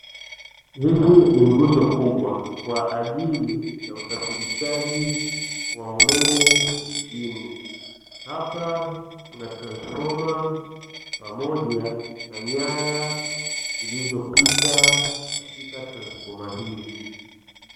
Hili ni nguzo kubwa kwa ajili ya usafirirshaji wa umeme mijini hapa kuna transfoma pamoja na nyanya zilizopita katika tarnsfoma hii.